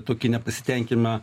tokį nepasitenkinimą